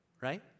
right